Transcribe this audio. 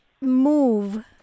move